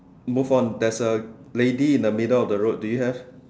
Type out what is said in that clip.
move on there's a lady in the middle of the road do you have